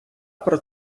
про